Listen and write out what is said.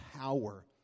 power